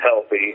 healthy